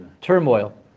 turmoil